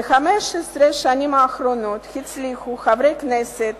ב-15 השנים האחרונות הצליחו חברי כנסת